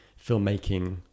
filmmaking